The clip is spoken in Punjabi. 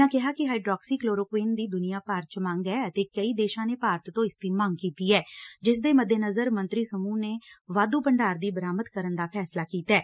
ਉਨ੍ਹਾਂ ਕਿਹਾ ਕਿ ਹਾਈਡਰੋਕਸੀ ਕਲੋਰੋ ਕੁਈਨ ਦੀ ਦੁਨੀਆਂ ਭਰ ਚ ਮੰਗ ਐ ਅਤੇ ਕਈ ਦੇਸ਼ਾਂ ਨੇ ਭਾਰਤ ਤੋ ਇਸਦੀ ਮੰਗ ਕੀਤੀ ਐ ਜਿਸਦੇ ਮੱਦੇਨਜ਼ਰ ਮੰਤਰੀ ਸਮੂਹ ਨੇ ਵਾਧੂ ਭੰਡਾਰ ਦੀ ਬਰਾਮਦ ਕਰਨ ਫੈਸਲਾ ਕੀਤੈ